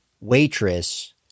waitress